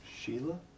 Sheila